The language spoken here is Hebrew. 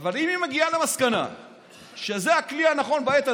אבל אם היא מגיעה למסקנה שזה הכלי הנכון בעת הנכונה,